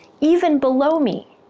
even below me!